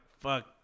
fuck